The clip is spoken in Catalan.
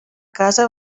casa